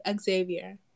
Xavier